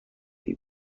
بود